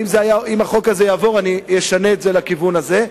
אם החוק הזה יעבור, אני אשנה את זה לכיוון הזה.